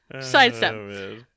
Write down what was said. Sidestep